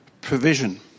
provision